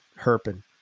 herping